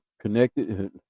connected